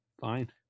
Fine